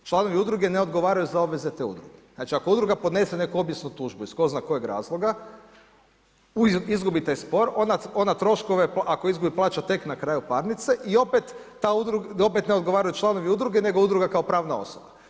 Članovi udruge ne odgovaraju za obveze te udruge, znači ako udruga podnese neku objesnu tužbu iz tko zna kojeg razloga, izgubite spor, onda troškove ako izgubi plaća tek na kraju parnice i opet ne odgovaraju članovi udruge, nego udruga kao pravna osoba.